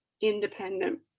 independent